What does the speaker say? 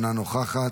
אינה נוכחת,